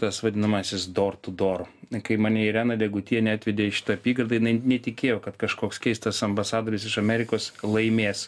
tas vadinamasis dor tu dor kai mane irena degutienė atvedė į šitą apygardą jinai netikėjo kad kažkoks keistas ambasadorius iš amerikos laimės